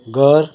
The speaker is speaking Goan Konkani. घर